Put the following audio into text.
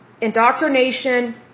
indoctrination